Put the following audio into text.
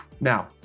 Now